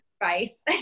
advice